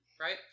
right